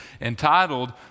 entitled